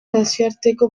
nazioarteko